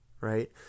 right